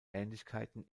ähnlichkeiten